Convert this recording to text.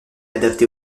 adapté